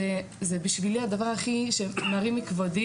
זה בשבילי זה הדבר שהכי מרים מכבודי